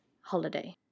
holiday